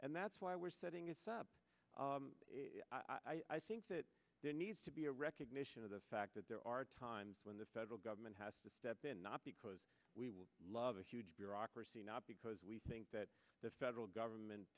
and that's why we're setting it's up i think that there needs to be a recognition of the fact that the are times when the federal government has to step in not because we will love a huge bureaucracy not because we think that the federal government